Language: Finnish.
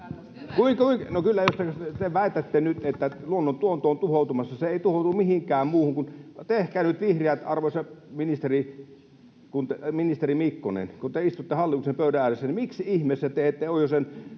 No, kyllä te väitätte nyt, että luonto on tuhoutumassa. Se ei tuhoudu mihinkään muuhun kuin... [Krista Mikkosen välihuuto] — Vihreät ja arvoisa ministeri Mikkonen, kun te istutte hallituksen pöydän ääressä, niin miksi ihmeessä te ette oio sen